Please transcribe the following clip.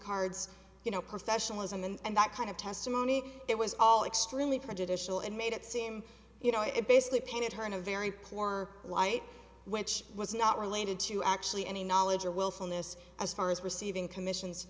cards you know professionalism and that kind of testimony it was all extremely prejudicial and made it seem you know it basically painted her in a very poor light which was not related to actually any knowledge or willfulness as far as receiving commissions